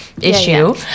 issue